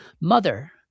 Mother